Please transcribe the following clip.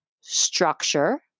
structure